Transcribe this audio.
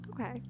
Okay